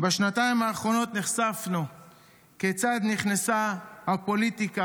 בשנתיים האחרונות נחשפנו כיצד נכנסה הפוליטיקה,